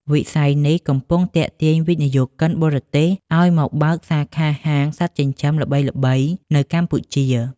វិស័យនេះកំពុងទាក់ទាញវិនិយោគិនបរទេសឱ្យមកបើកសាខាហាងសត្វចិញ្ចឹមល្បីៗនៅកម្ពុជា។